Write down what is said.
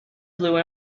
blue